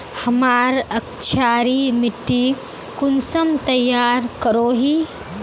हमार क्षारी मिट्टी कुंसम तैयार करोही?